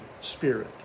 Spirit